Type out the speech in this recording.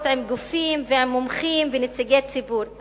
עם גופים ועם מומחים ונציגי ציבור.